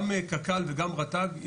גם קק"ל וגם רט"ג,